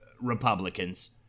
Republicans